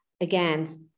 again